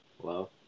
Hello